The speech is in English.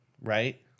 right